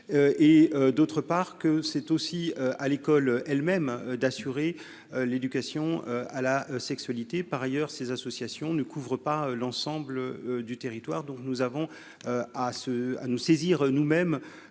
et d'autre part que c'est aussi à l'école, elles-mêmes, d'assurer l'éducation à la sexualité, par ailleurs, ces associations ne couvre pas l'ensemble du territoire, donc nous avons à ce à nous saisir nous-mêmes